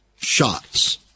shots